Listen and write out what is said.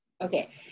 okay